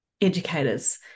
educators